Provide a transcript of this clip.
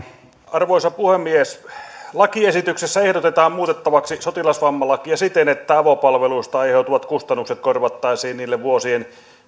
arvoisa puhemies lakiesityksessä ehdotetaan muutettavaksi sotilasvammalakia siten että avopalveluista aiheutuvat kustannukset korvattaisiin niille vuosien